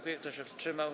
Kto się wstrzymał?